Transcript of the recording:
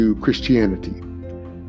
Christianity